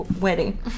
wedding